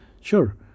sure